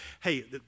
hey